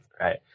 right